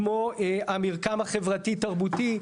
כמו המרקם החברתי תרבותי.